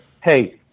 hey